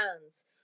hands